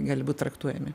gali būt traktuojami